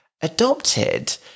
adopted